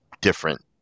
different